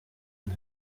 and